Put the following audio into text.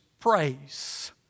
praise